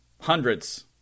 hundreds